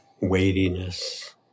weightiness